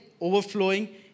overflowing